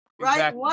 right